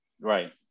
Right